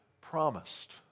promised